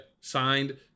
Signed